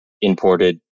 imported